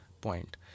point